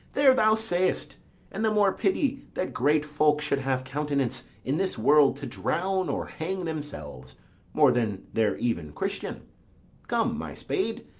there thou say'st and the more pity that great folk should have countenance in this world to drown or hang themselves more than their even christian come, my spade.